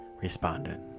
responded